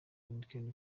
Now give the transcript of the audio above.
gen